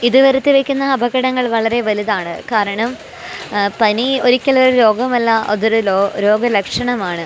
ഇതു വരുത്തി വെയ്ക്കുന്ന അപകടങ്ങൾ വളരെ വലുതാണ് കാരണം പനി ഒരിക്കലും ഒരു രോഗമല്ല അതൊരു രോഗലക്ഷണമാണ്